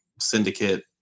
syndicate